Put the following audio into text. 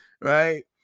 right